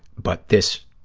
but this